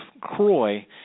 Croy